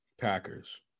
Packers